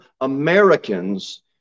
Americans